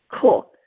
cool